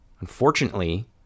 unfortunately